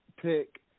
pick